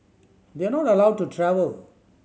they are not allowed to travel